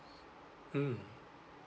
mm